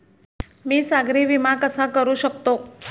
मी सागरी विमा कसा करू शकतो?